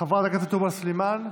חברת הכנסת תומא סלימאן,